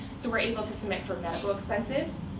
so we're able to submit for medical expenses,